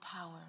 power